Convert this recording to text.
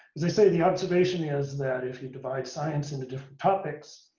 as they say, the observation is that if you divide science into different topics,